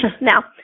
now